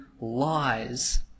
lies